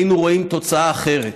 היינו רואים תוצאה אחרת,